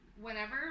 whenever